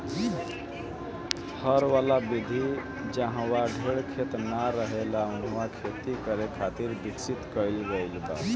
हर वाला विधि जाहवा ढेर खेत ना रहेला उहा खेती करे खातिर विकसित कईल गईल बा